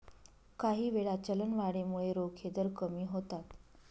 काहीवेळा, चलनवाढीमुळे रोखे दर कमी होतात